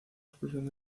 expulsión